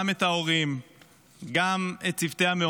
גם את ההורים, גם את צוותי המעונות,